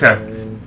Okay